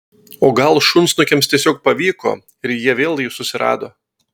o gal šunsnukiams tiesiog pavyko ir jie vėl jį susirado